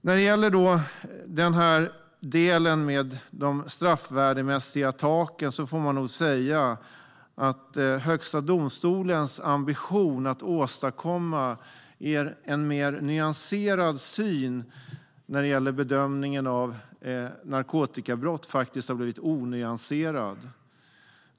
När det gäller delen med de straffvärdemässiga taken får man nog säga att Högsta domstolens ambition att åstadkomma en mer nyanserad syn vid bedömningen av narkotikabrott har blivit onyanserad.